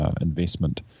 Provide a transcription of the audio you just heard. investment